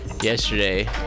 yesterday